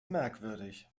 merkwürdig